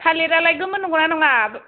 थालिरालाय गोमोन नंगौना नङा